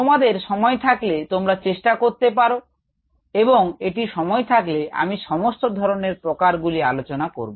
তোমাদের সময় থাকলে তোমরা চেষ্টা করতে পারো এবং এটি সময় লাগলে আমি সমস্ত ধরনের প্রকার গুলি আলোচনা করব